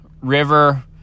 river